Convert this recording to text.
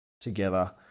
together